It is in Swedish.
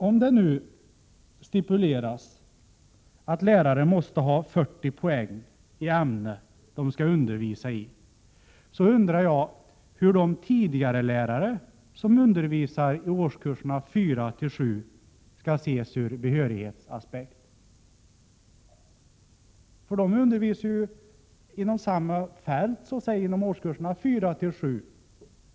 Om det nu stipuleras att lärare måste ha 40 poäng i ämnen som de skall undervisa i, så undrar jag hur de tidigarelärare som undervisar i årskurserna 4-7 skall ses ur behörighetssynpunkt? De undervisar ju inom samma fält, alltså inom årskurserna 4-7.